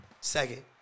Second